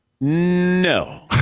No